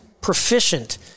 proficient